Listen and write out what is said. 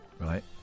right